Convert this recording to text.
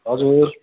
हजुर